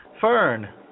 Fern